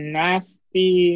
nasty